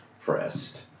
pressed